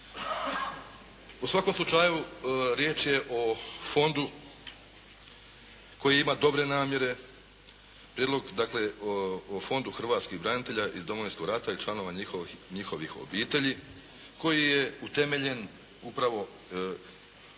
U svakom slučaju riječ je o Fondu koji ima dobre namjere, prijedlog dakle o Fondu hrvatskih branitelja iz Domovinskog rata i članova njihovih obitelji koji je utemeljen upravo